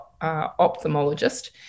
ophthalmologist